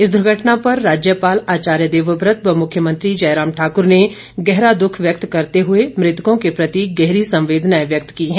इस दुर्घटना पर राज्यपाल आचार्य देवव्रत व मुख्यमंत्री जयराम ठाक्र ने गहरा दुख व्यक्त करते हुए मृतकों के प्रति गहरी संवेदनाएं व्यक्त की है